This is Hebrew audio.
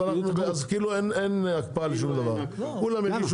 אז אנחנו נותנים אישורים.